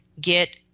get